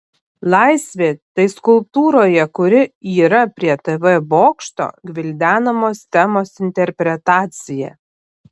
laisvė tai skulptūroje kuri yra prie tv bokšto gvildenamos temos interpretacija